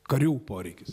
karių poreikis